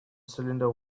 cylinder